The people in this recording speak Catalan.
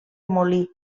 molí